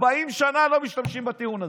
40 שנים לא משתמשים בטיעון הזה.